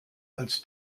als